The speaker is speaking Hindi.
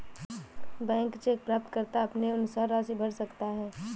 ब्लैंक चेक प्राप्तकर्ता अपने अनुसार राशि भर सकता है